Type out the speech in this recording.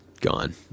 gone